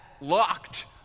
locked